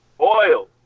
Oil